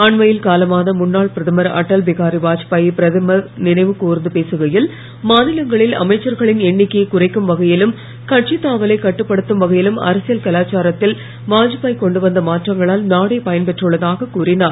அண்மையில் காலமான முன்னாள் பிரதமர் அட்டல் பிஹாரி வாத்பாயை பிரதமர் நினைவு கர்ந்து பேசுகையில் மாநிலங்களில் அமைச்சர்களின் எண்ணிக்கையை குறைக்கும் வகையிலும் கட்சித் தாவலை கட்டுப்படுத்தும் வகையிலும் அரசியல் கலாச்சாரத்தில் வாத்பாய் கொண்டு வந்த மாற்றங்களால் நாடே பயன்பெற்றுள்ளதாக கூறினார்